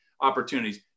opportunities